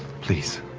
please,